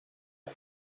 had